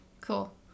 Cool